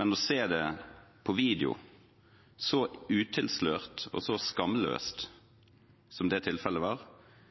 men å se det på video så utilslørt og skamløst som det tilfellet var,